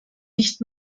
nicht